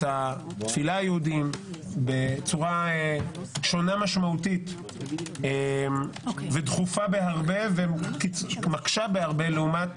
התפילה היהודיים בצורה שונה משמעותית ודחופה בהרבה ומקשה בהרבה לעומת